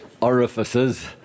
orifices